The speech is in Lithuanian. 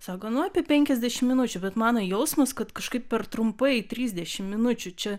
sako nu apie penkiasdešim minučių bet mano jausmas kad kažkaip per trumpai trisdešim minučių čia